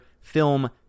film